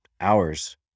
hours